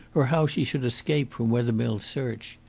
or how she should escape from wethermill's search.